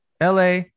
LA